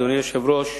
אדוני היושב-ראש,